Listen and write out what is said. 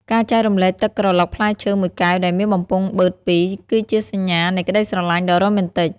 ការចែករំលែកទឹកក្រឡុកផ្លែឈើមួយកែវដែលមានបំពង់បឺតពីរ គឺជាសញ្ញានៃក្តីស្រឡាញ់ដ៏រ៉ូមែនទិក។